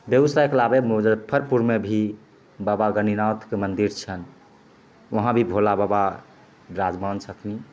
बेगूसरायके अलावे मुज्जफरपुरमे भी बाबा गणिनाथके मंदिर छनि वहाँ भी भोला बाबा बिराजमान छथिन